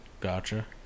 Gotcha